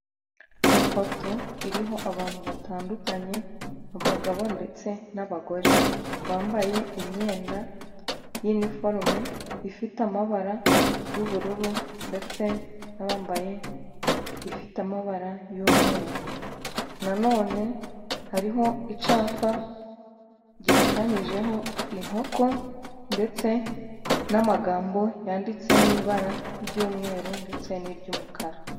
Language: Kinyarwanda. Ifoto iriho abantu batandukanye, abagabo ndetse n'abagore. Bambaye imyenda y'iniforume, ifite amabara y'ubururu, ndetse n'abambaye ifite amabara y'umweru. Nanone hariho icyapa gishushanyijeho inkoko ndetse n'amagambo yanditse mu ibara ry'umweru ndetse n'iry'umukara.